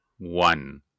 one